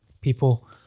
people